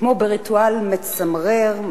כמו בריטואל מצמרר,